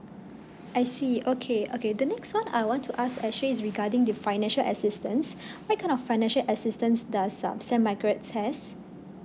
I see okay okay the next one I want to ask actually is regarding the financial assistance what kind of financial assistance does um saint margaret's has